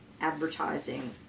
advertising